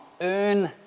earn